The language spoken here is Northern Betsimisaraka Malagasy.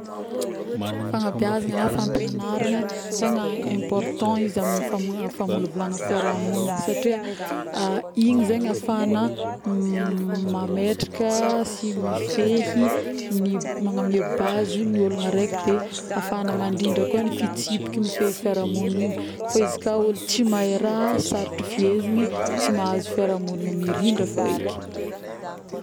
fagnabeazagna na fampianaragna tena imporant izy amin'ny famolavolagna fiarahamonigna satria igny zegny afahagna mametraka sy mifehy ny magname base ny ologna araiky de afahagna mandridra kô ny fitsipiky mifehy ny fiarahamonigna igny fa izy ka ôlo tsy mahay raha sarotry fihezigny tsy mahazo fiarahamonigny mirindra feky